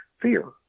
fear